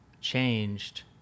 changed